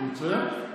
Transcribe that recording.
נו, מצוין.